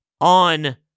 on